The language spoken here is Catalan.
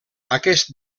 aquest